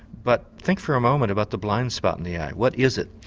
but think for a moment about the blind spot in the eye. what is it?